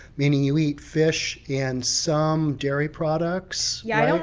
meaning you eat fish and some dairy products. yeah,